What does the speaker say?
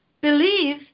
believe